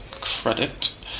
credit